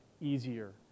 easier